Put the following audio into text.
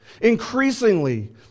increasingly